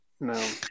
no